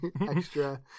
Extra